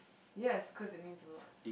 yes cause it means a lot